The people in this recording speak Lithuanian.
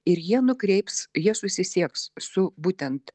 ir jie nukreips jie susisieks su būtent